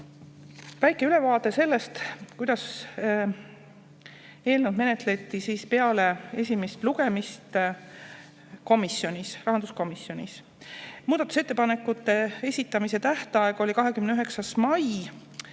Väike ülevaade sellest, kuidas eelnõu menetleti peale esimest lugemist rahanduskomisjonis. Muudatusettepanekute esitamise tähtaeg oli 29. mai